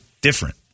different